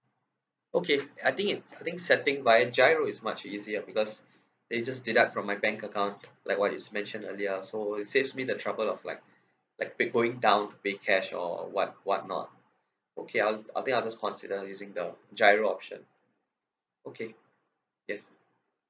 okay I think it's I think setting via GIRO is much easier because they just deduct from my bank account like what is mentioned earlier so it saves me the trouble of like like pa~ going down to pay cash or what what not okay I'll I think I'll just consider using the GIRO option okay yes